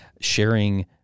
sharing